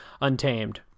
untamed